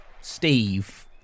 Steve